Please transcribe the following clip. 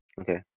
okay